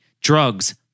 drugs